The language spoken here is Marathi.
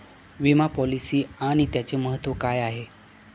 विमा पॉलिसी आणि त्याचे महत्व काय आहे?